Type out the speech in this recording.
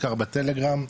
בעיקר בטלגרם,